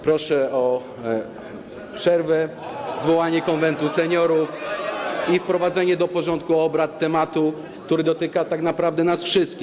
Proszę o przerwę, zwołanie Konwentu Seniorów i wprowadzenie do porządku obrad tematu, [[Wesołość na sali]] który dotyka tak naprawdę nas wszystkich.